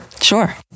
Sure